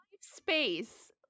space